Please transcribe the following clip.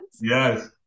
yes